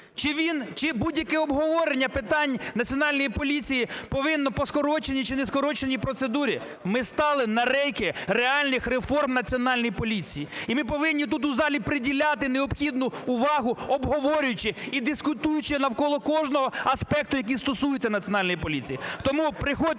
чи будь-яке обговорення питань Національної поліції повинно по скороченій чи не скороченій процедурі? Ми стали на рейки реальних реформ Національної поліції, і ми повинні тут у залі приділяти необхідну увагу, обговорюючи і дискутуючи навколо кожного аспекту, який стосується Національної поліції.